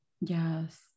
yes